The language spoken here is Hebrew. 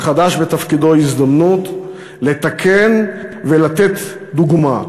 שהוא חדש בתפקידו, הזדמנות לתקן ולתת דוגמה.